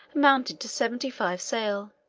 amounted to seventy-five sail